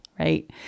Right